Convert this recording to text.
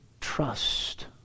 trust